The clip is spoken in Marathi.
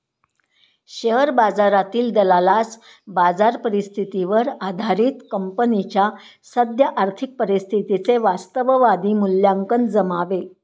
शेअर बाजारातील दलालास बाजार परिस्थितीवर आधारित कंपनीच्या सद्य आर्थिक परिस्थितीचे वास्तववादी मूल्यांकन जमावे